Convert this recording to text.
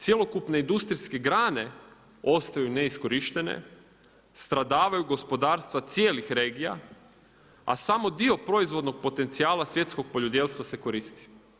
Cjelokupne industrijske grane ostaju neiskorištene, stradavaju gospodarstva cijelih regija a samo dio proizvodnog potencijala svjetskog poljodjelstva se koristi.